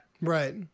Right